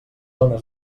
ones